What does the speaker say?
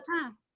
time